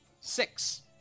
Six